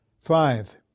Five